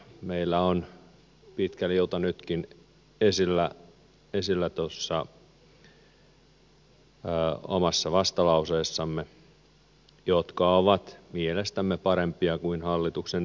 meillä on pitkä liuta nytkin esillä tuossa omassa vastalauseessamme ja ne ovat mielestämme parempia kuin hallituksen esitykset